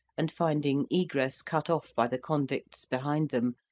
and finding egress cut off by the convicts behind them,